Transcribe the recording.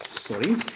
sorry